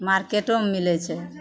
मार्केटोमे मिलै छै